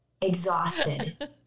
exhausted